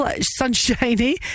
Sunshiny